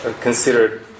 considered